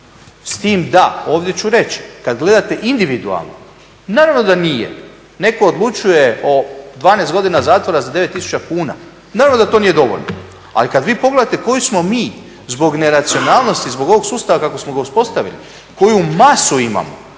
S tim da, ovdje ću reći kad gledate individualno naravno da nije, neko odlučuje o 12 godina zatvora za 9 tisuća kuna, naravno da to nije dovoljno. Ali kad vi pogledate koji smo mi zbog neracionalnosti, zbog ovog sustava kako smo ga uspostavili, koju masu imamo.